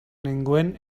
nengoen